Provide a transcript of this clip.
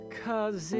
cause